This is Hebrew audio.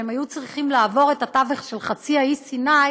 הם היו צריכים לעבור את התווך של חצי האי סיני,